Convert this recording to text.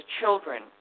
children